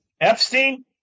Epstein